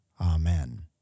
Amen